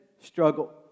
struggle